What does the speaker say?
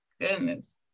goodness